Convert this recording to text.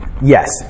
Yes